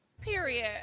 Period